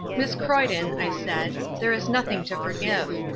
miss croyden, i said, there is nothing to forgive.